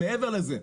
מעבר לזה,